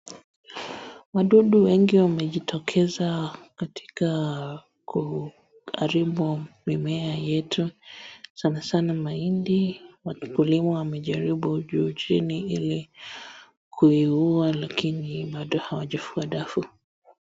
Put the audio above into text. Wadudu wengi wamejitokeza katika kuharibu mimea yetu sanasana mahindi, wakulima wamejaribu juu chini ili kuiua lakini bado hawajafua dafu.